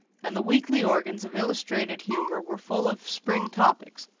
and the weekly organs of illustrated humour were full of spring topics,